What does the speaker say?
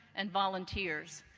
and volunteers.